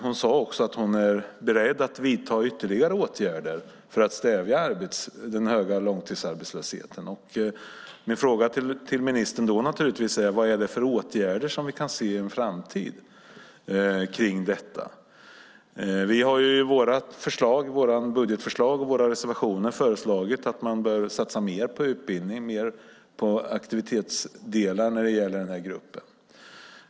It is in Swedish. Hon sade att hon är beredd att vidta ytterligare åtgärder för att stävja den höga långtidsarbetslösheten. Min fråga till ministern blir naturligtvis: Vad är det för åtgärder som vi kan se i en framtid? Vi har i våra budgetförslag och i våra reservationer förordat att man bör satsa mer på utbildning och mer på aktivitetsdelar för den här gruppen arbetslösa.